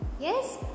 Yes